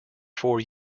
four